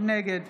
נגד